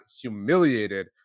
humiliated